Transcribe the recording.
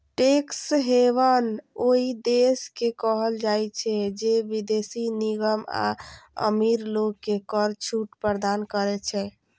tax haven ओइ देश के कहल जाइ छै, जे विदेशी निगम आ अमीर लोग कें कर छूट प्रदान करै छै